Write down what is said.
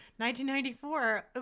1994